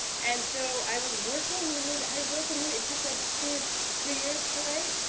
and so i was working on the movie, i wrote the movie, it took like two two years to write.